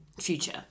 future